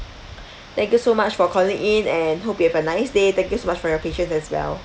thank you so much for calling in and hope you have a nice day thank you so much for your patience as well